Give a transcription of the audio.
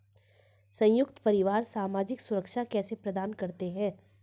संयुक्त परिवार सामाजिक सुरक्षा कैसे प्रदान करते हैं?